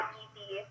easy